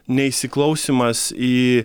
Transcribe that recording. neįsiklausymas į